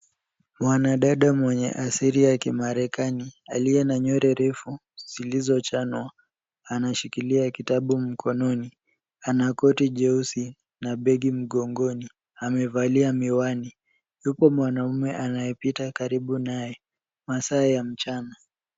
Mwanadada mwenywe asili ya kimarekani aliye na nywele refu zilizochanwa anashikilia kitabu mkononi. Ana koti jeusi na begi mgongoni. Amevalia miwani. Yupo mwanaume anayepita karibu naye. Masaa ya mchana.